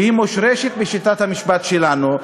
שהיא מושרשת בשיטת המשפט שלנו,